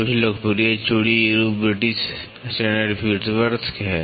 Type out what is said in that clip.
कुछ लोकप्रिय चूड़ी रूप ब्रिटिश स्टैंडर्ड व्हिटवर्थ हैं